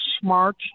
smart